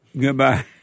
Goodbye